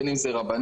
בין אם זה רבנים,